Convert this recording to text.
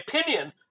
opinion